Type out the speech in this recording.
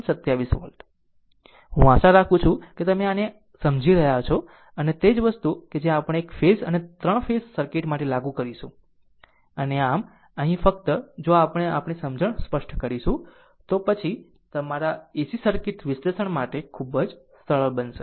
27 volt હું આશા રાખું છું કે તમે આને સમજી રહ્યા છો અને તે જ વસ્તુ કે જે આપણે એક ફેઝ અને 3 ફેઝ સર્કિટ માટે લાગુ કરીશું અને આમ અહીં ફક્ત જો આપણે આપણી સમજણ સ્પષ્ટ કરીશું તો પછી તમારા AC સર્કિટ વિશ્લેષણ માટે ખૂબ જ સરળ બનશે